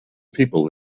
people